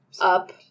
up